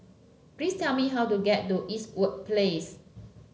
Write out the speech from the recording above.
please tell me how to get to Eastwood Place